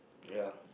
ya